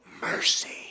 mercy